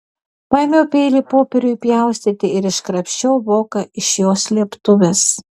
paėmiau peilį popieriui pjaustyti ir iškrapščiau voką iš jo slėptuvės